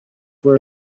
were